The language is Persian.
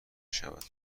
شود